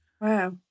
Wow